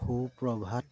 সুপ্রভাত